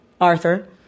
Arthur